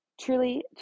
truly